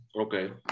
Okay